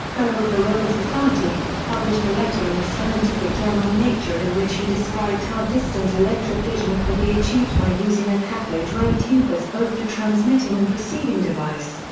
fellow of the royal society, published a letter in the scientific journal nature in which he described how distant electric vision could be achieved by using a cathode ray tube as both a transmitting and receiving device,